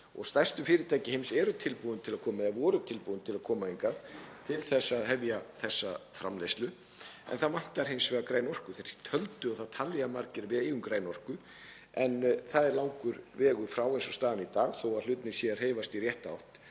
Stærstu fyrirtæki heims eru tilbúin til að koma eða voru tilbúin til að koma hingað til þess að hefja þessa framleiðslu en það vantar hins vegar græna orku. Þau töldu og það telja margir að við eigum græna orku en það er langur vegur frá eins og staðan er í dag, þó að hlutirnir séu að hreyfast í rétta átt,